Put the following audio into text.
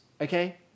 okay